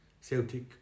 Celtic